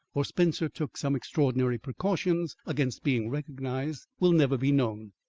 or spencer took some extraordinary precautions against being recognised, will never be known.